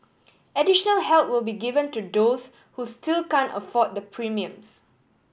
additional help will be given to those who still can afford the premiums